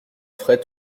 frais